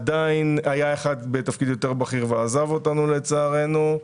היה אחד בתפקיד יותר בכיר ועזב אותנו לצערנו.